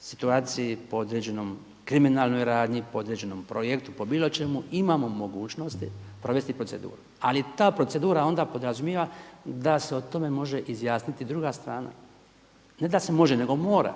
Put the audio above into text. situaciji, po određenoj kriminalnoj radni, po određenom projektu, po bilo čemu imamo mogućnosti provesti proceduru. Ali ta procedura onda podrazumijeva da se o tome može izjasniti druga strana. Ne da se može, nego mora.